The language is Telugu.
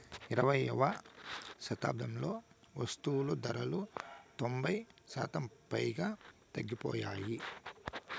ఇరవైయవ శతాబ్దంలో వస్తువులు ధరలు తొంభై శాతం పైగా తగ్గిపోయాయి